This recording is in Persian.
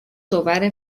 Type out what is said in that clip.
صور